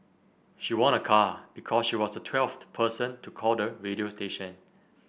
she won a car because she was the twelfth person to call the radio station